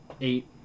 eight